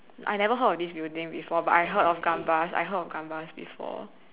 I never heard of this building before but I have heard of Gambas I have heard of Gambas before